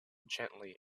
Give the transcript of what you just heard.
gently